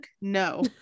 no